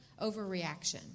overreaction